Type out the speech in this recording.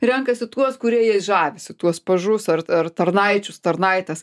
renkasi tuos kurie jais žavisi tuos pažus ar ar tarnaičius tarnaites